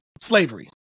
slavery